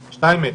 שטיימיץ,